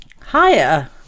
Higher